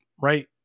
Right